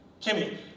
Kimmy